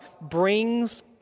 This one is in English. brings